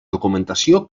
documentació